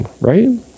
right